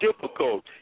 difficult